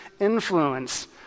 influence